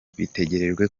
bitegerejwe